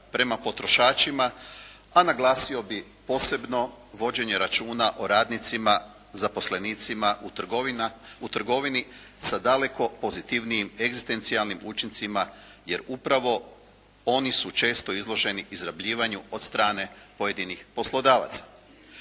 prema potrošačima, a naglasio bih posebno vođenja računa o radnicima, zaposlenicima u trgovini sa daleko pozitivnijim egzistencijalnim učincima jer upravo oni su često izloženi izrabljivanju od strane pojedinih poslodavaca.